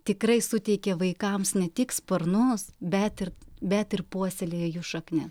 tikrai suteikė vaikams ne tik sparnus bet ir bet ir puoselėja jų šaknis